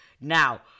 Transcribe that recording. Now